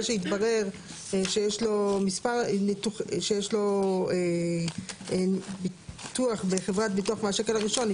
שיתברר שיש לו ביטוח בחברת ביטוח מהשקל הראשון היא